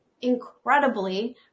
incredibly